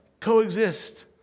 Coexist